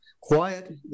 quiet